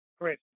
Chris